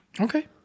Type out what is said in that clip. Okay